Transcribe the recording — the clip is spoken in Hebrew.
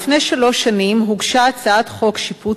לפני שלוש שנים הוגשה הצעת חוק שיפוט